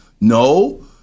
No